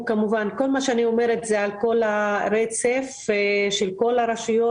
כל מה שאני אומרת חל על כל הרצף של כל הרשויות,